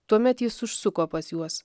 tuomet jis užsuko pas juos